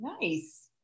Nice